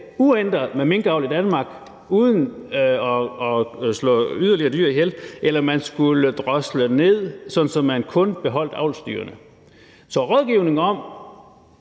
uændret med minkavl i Danmark uden at slå yderligere dyr ihjel. Eller om man skulle drosle ned, sådan så man kun beholdt avlsdyrene. Så i